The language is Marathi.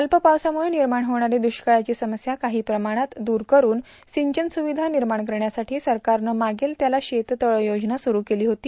अल्प पावसाम्रळं निर्माण होणारी द्रष्काळाची समस्या काही प्रमाणात द्रर करून सिंचन स्रविधा निर्माण करण्यासाठी सरकारनं मागेल त्याला शेततळे योजना सुरू केली होती